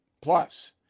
Plus